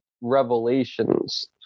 revelations